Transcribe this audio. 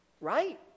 right